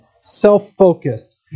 self-focused